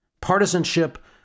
Partisanship